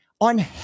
on